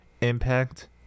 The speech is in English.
impact